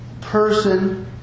person